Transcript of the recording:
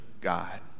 God